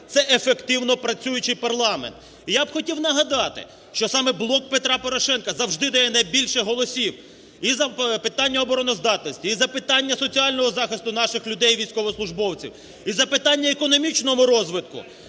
це ефективно працюючий парламент. І я б хотів нагадати, що саме "Блок Петра Порошенка" завжди дає найбільше голосів і за питання обороноздатності, і за питання соціального захисту наших людей, військовослужбовців, і за питання економічного розвитку.